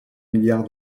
milliard